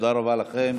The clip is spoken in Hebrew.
תודה רבה לכם.